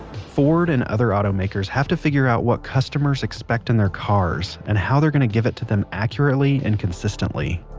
ford, and other automakers, have to figure out what customers expect in their cars and how they're going to give it to them accurately and consistently